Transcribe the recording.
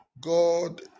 God